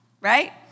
Right